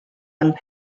all